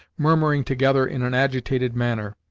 murmuring together in an agitated manner.